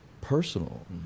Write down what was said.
personal